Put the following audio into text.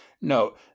No